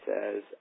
says